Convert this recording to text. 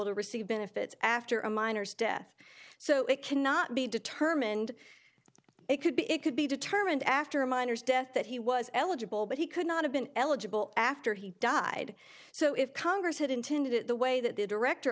to receive benefits after a miner's death so it cannot be determined it could be it could be determined after a miner's death that he was eligible but he could not have been eligible after he died so if congress had intended it the way that the director